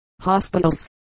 hospitals